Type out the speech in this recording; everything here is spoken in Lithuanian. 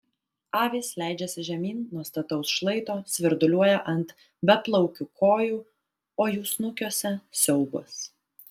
avys leidžiasi žemyn nuo stataus šlaito svirduliuoja ant beplaukių kojų o jų snukiuose siaubas